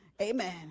Amen